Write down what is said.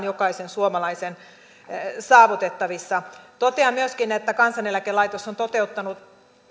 jokaisen suomalaisen saavutettavissa totean myöskin että kansaneläkelaitos on toteuttanut